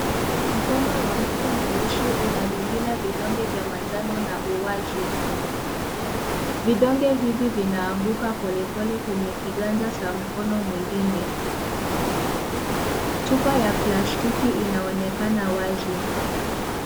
Mkono wa mtu mweusi unamimina vidonge vya manjano na uwazi. Vidonge hivi vinaanguka pole pole kwenye kiganja cha mkono mwingine. Chupa ya plastiki inaonekana wazi.